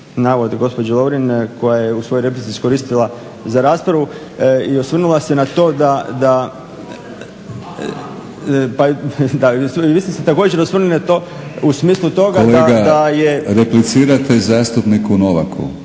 Kolega replicirate zastupniku Novaku.